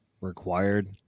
required